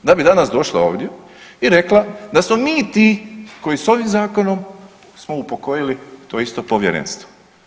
Da bi danas došla ovdje i rekla da smo mi ti koji s ovim zakonom smo upokojili to isto Povjerenstvo.